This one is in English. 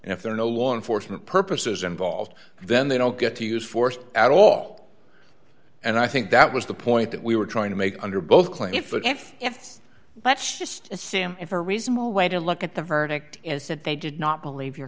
and if there are no law enforcement purposes involved then they don't get to use force at all and i think that was the point that we were trying to make under both claim if but if if let's just assume if a reasonable way to look at the verdict is that they did not believe your